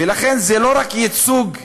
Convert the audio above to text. ולכן, זה לא רק ייצוג כמותי,